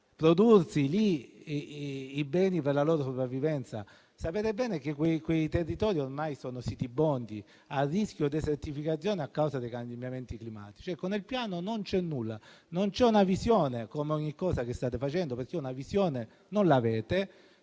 produrre lì i beni per la loro sopravvivenza. Sapete bene che quei territori, ormai, sono sitibondi, a rischio desertificazione a causa dei cambiamenti climatici. Ebbene, nel Piano non c'è nulla. Non c'è una visione, come per ogni cosa che state facendo, perché una visione voi non l'avete.